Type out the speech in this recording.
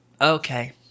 okay